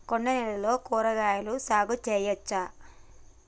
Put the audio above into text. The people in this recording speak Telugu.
కొండ నేలల్లో కూరగాయల సాగు చేయచ్చా?